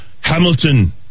Hamilton